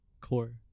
Core